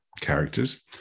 characters